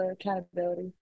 accountability